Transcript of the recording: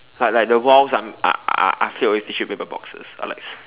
like like the walls are are are filled with tissue paper boxes or like